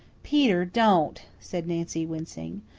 peter, don't! said nancy, wincing.